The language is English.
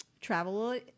Travel